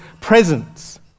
presence